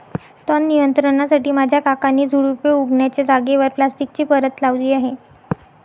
तण नियंत्रणासाठी माझ्या काकांनी झुडुपे उगण्याच्या जागेवर प्लास्टिकची परत लावली आहे